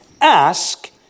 Ask